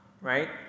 right